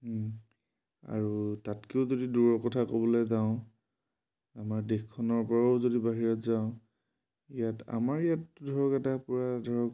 আৰু তাতকৈও যদি দূৰৰ কথা ক'বলৈ যাওঁ আমাৰ দেশখনৰ পৰাও যদি বাহিৰত যাওঁ ইয়াত আমাৰ ইয়াত ধৰক এটা পূৰা ধৰক